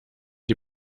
die